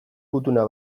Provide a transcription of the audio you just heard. gutuna